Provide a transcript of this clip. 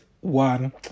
one